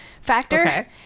factor